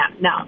No